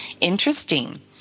interesting